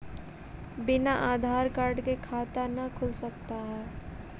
बिना आधार कार्ड के खाता न खुल सकता है?